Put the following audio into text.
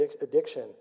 addiction